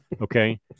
Okay